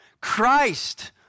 Christ